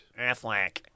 Affleck